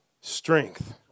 strength